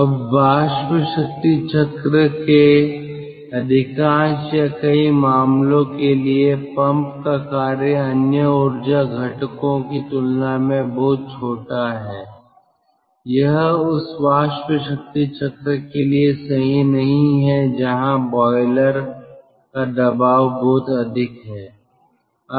अब वाष्प शक्ति चक्र के अधिकांश या कई मामलो के लिए पंप का कार्य अन्य ऊर्जा घटको की तुलना में बहुत छोटा है यह उस वाष्प शक्ति चक्र के लिए सही नहीं है जहां बॉयलर का दबाव बहुत अधिक है